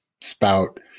spout